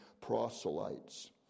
proselytes